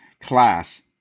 class